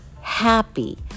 happy